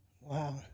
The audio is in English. Wow